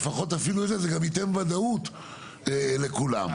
ולפחות זה ייתן וודאות לכולם.